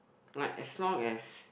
like as long as